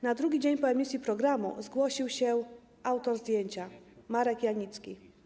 Na drugi dzień po emisji programu zgłosił się autor zdjęcia Marek Janicki.